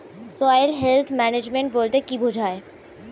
Soil health management বলতে কি বুঝায়?